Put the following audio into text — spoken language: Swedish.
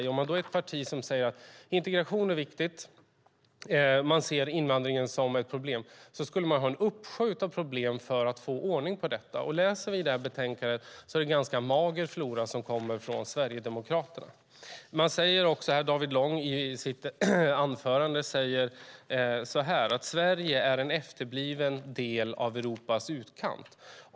Om man är ett parti som säger att integration är viktigt och om man ser invandringen som ett problem skulle man ha en uppsjö med lösningar när det gäller att få ordning på detta. Om vi läser i betänkandet ser vi att det är en ganska mager flora som kommer från Sverigedemokraterna. David Lång säger så här i sitt anförande: Sverige är en efterbliven del av Europas utkant.